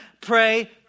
pray